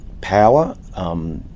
power